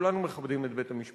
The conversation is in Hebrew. כולנו מכבדים את בית-המשפט,